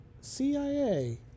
CIA